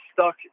stuck